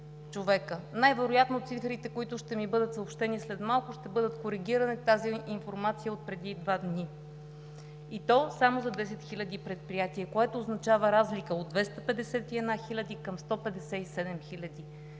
човека. Най-вероятно цифрите, които ще ми бъдат съобщени след малко, ще бъдат коригирани, тази информация е отпреди два дни. И то само за 10 хиляди предприятия, което означава разлика от 251 хиляди към 157